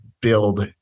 build